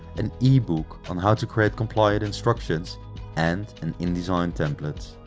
an ebook on how to create compliant instructions and an indesign template.